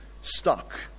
stuck